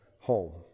home